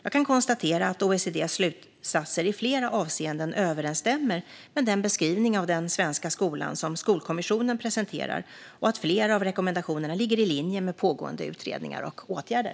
Jag kan konstatera att OECD:s slutsatser i flera avseenden överensstämmer med den beskrivning av den svenska skolan som Skolkommissionen presenterat och att flera av rekommendationerna ligger i linje med pågående utredningar och åtgärder.